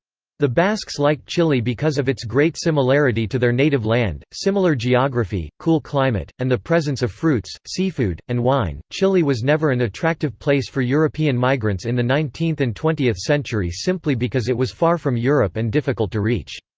the basques liked chile because of its great similarity to their native land similar geography, cool climate, and the presence of fruits, seafood, and wine chile was never an attractive place for european migrants in the nineteenth and twentieth century simply because it was far from europe and difficult to reach.